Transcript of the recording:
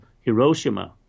Hiroshima